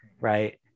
right